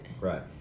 Right